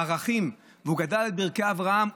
הערכים, והוא גדל על ברכי אברהם.